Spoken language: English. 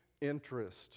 interest